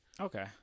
Okay